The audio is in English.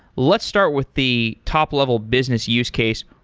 let's start with the top-level business use case.